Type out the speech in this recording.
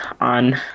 on